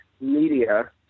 media